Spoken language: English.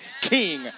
King